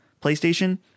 PlayStation